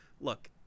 Look